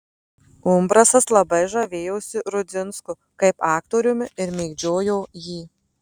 umbrasas labai žavėjosi rudzinsku kaip aktoriumi ir mėgdžiojo jį